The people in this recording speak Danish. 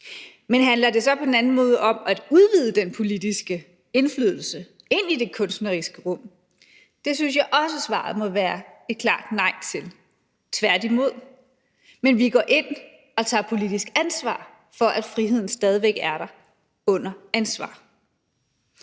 Men handler det så på den anden side om at udvide den politiske indflydelse ind i det kunstneriske rum? Det synes jeg også svaret må være et meget klart nej til. Tværtimod går vi ind og tager politisk ansvar for, at friheden stadig væk er der under ansvar.